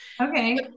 Okay